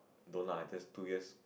don't lah just two years